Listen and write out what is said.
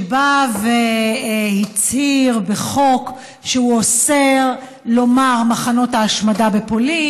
שבא והצהיר בחוק שהוא אוסר לומר: מחנות ההשמדה בפולין,